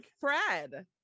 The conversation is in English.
Fred